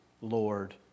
Lord